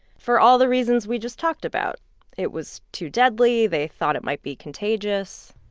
for all the reasons we just talked about it was too deadly, they thought it might be contagious.